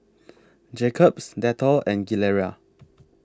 Jacob's Dettol and Gilera